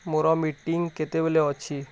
ମୋର ମିଟିଙ୍ଗ୍ କେତେବେଳେ ଅଛି